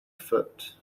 foot